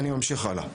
אני ממשיך הלאה.